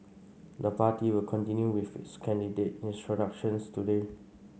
the party will continue with its candidate introductions today